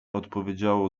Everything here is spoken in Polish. odpowiedziało